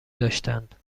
داشتند